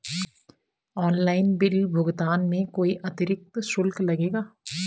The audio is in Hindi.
ऑनलाइन बिल भुगतान में कोई अतिरिक्त शुल्क लगेगा?